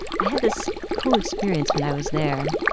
i had this cool experience when i was there.